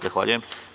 Zahvaljujem.